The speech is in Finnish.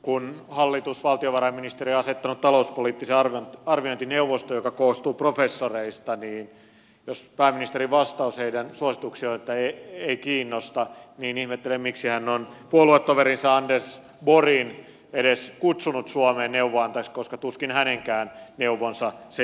kun hallitus valtiovarainministeri on asettanut talouspoliittisen arviointineuvoston joka koostuu professoreista niin jos pääministerin vastaus heidän suosituksiin on että ei kiinnosta niin ihmettelen miksi hän on puoluetoverinsa anders borgin edes kutsunut suomeen neuvonantajaksi koska tuskin hänenkään neuvonsa sen jälkeen kiinnostavat